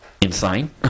insane